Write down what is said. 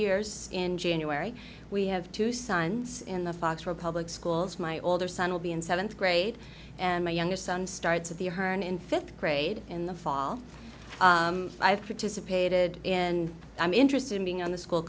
years in january we have two sons in the fox for public schools my older son will be in seventh grade and my younger son starts at the herne in fifth grade in the fall i've participated in i'm interested in being on the school